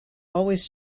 always